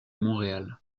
montréal